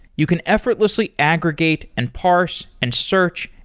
you can effortlessly aggregate, and parse, and search,